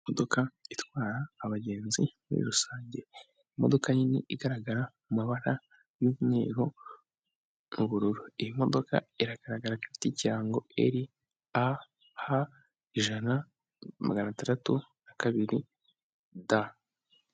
Imodoka itwara abagenzi muri rusange imodoka nini igaragara mu mabara y'umweru n'ubururu, iyi modoka iragaragara ko ifite ikirango RAH ijana magana atandatu na kabiri D.